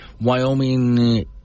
Wyoming